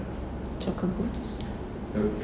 soccer boots